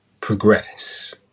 progress